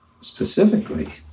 specifically